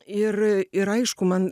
ir ir yra aišku man